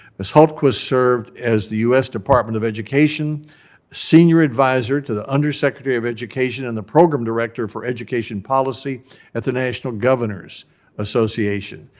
ms. hultquist served as the u s. department of education senior advisor to the undersecretary of education and the program director for education policy at the national governors association.